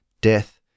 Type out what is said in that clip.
death